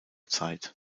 zeit